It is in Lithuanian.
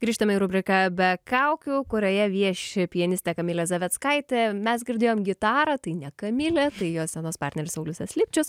grįžtame į rubriką be kaukių kurioje vieši pianistė kamilė zaveckaitė mes girdėjom gitarą tai ne kamilė tai jos scenos partneris sauliusas lipčius